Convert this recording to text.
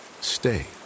stay